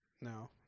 No